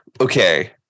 okay